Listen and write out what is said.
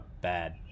bad